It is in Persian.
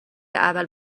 اول